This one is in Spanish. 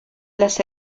las